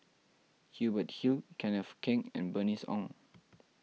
Hubert Hill Kenneth Keng and Bernice Ong